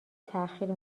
تاخیر